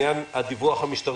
בעניין הדיווח המשטרתי.